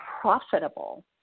profitable